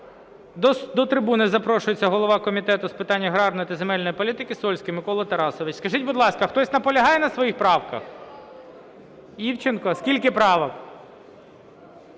До трибуни запрошується голова Комітету з питань аграрної та земельної політики Сольський Микола Тарасович. Скажіть, будь ласка, хтось наполягає на своїх правках? Івченко. Скільки правок?